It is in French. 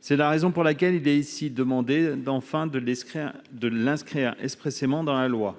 C'est la raison pour laquelle il est ici demandé de les inscrire enfin expressément dans la loi.